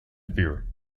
fear